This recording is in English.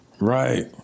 Right